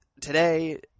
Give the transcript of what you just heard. today